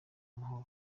amahoro